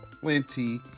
plenty